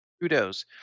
Kudos